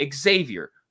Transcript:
Xavier